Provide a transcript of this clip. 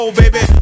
baby